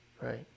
Right